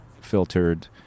filtered